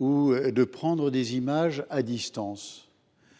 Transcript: ou de prendre des images à distance.